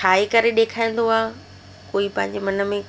ठाहे करे ॾेखारींदो आहे कोई पंहिंजे मन में